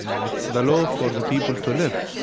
it's the law for the people to live,